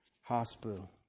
hospital